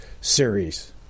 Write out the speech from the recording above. series